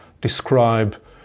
describe